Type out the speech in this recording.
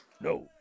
No